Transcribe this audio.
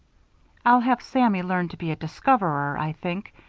i'll have sammy learn to be a discoverer, i think,